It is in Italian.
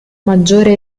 maggiore